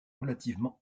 relativement